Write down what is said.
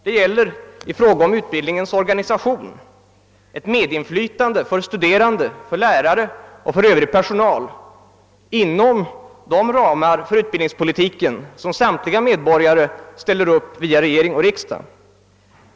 Det gäller i fråga om utbildningens organisation ett medinflytande för de studerande, för lärare och övrig personal inom de ramar för utbildningspolitiken som samtliga medborgare via regering och riksdag drar upp.